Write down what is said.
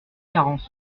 carence